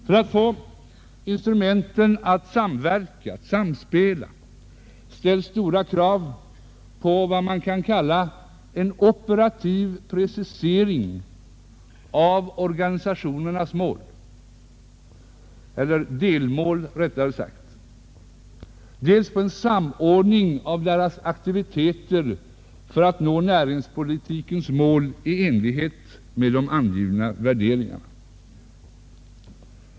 För att vi skall få instrumenten att samspela ställs stora krav dels på vad man kan kalla en operativ precisering av organisationernas delmål, dels på en samordning av deras aktiviteter för att nå näringspolitikens mål i enlighet med de angivna värderingarna.